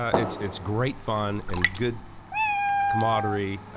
it's it's great fun and good comradery.